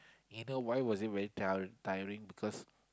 you know why was it very tiring tiring because